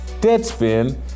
Deadspin